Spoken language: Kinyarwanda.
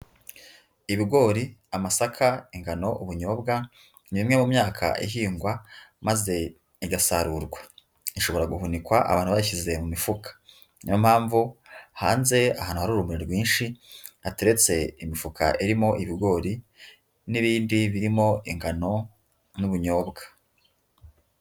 Ibigori, amasaka, ingano, ubunyobwa, ni imwe mu myaka ihingwa maze igasarurwa, ishobora guhunikwa abantu bashyize mu mifuka, niyo mpamvu hanze ahantu hari urumuri rwinshi, hateretse imifuka irimo ibigori n'ibindi birimo ingano n'ubunyobwa.